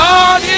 God